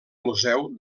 museu